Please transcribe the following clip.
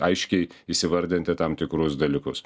aiškiai įvardinti tam tikrus dalykus